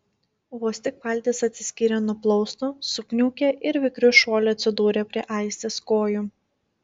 vos tik valtis atsiskyrė nuo plausto sukniaukė ir vikriu šuoliu atsidūrė prie aistės kojų